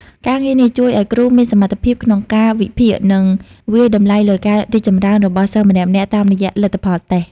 ការងារនេះជួយឱ្យគ្រូមានសមត្ថភាពក្នុងការវិភាគ និងវាយតម្លៃលើការរីកចម្រើនរបស់សិស្សម្នាក់ៗតាមរយៈលទ្ធផលតេស្ត។